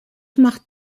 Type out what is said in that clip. macht